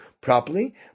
properly